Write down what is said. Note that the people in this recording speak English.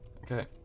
Okay